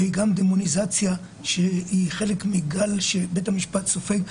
והיא גם דמוניזציה, שהיא חלק מגל שבית המשפט סופג.